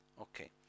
Okay